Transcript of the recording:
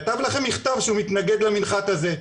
כתב לכם מכתב שהוא מתנגד למנחת הזה,